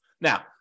Now